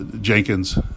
Jenkins